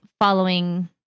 following